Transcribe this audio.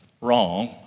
wrong